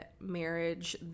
marriage